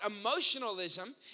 emotionalism